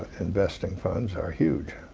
investing funds are huge,